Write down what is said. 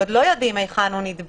עוד לא יודעים היכן הוא נדבק,